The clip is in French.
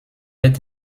est